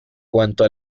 cuanto